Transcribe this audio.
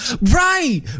right